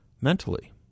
mentally